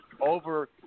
over